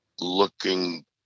looking